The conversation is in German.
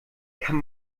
kann